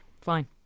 fine